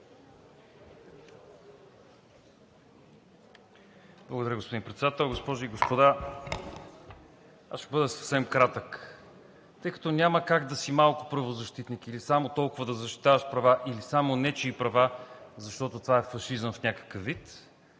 Благодаря, господин Председател, госпожи и господа! Аз ще бъда съвсем кратък. Тъй като няма как да си малко правозащитник или само толкова да защитаваш права, или само нечии права, защото това е фашизъм в някакъв вид,